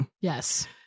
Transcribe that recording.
Yes